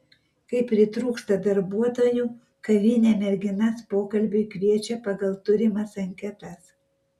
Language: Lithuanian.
kai pritrūksta darbuotojų kavinė merginas pokalbiui kviečia pagal turimas anketas